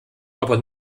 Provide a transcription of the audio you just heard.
aber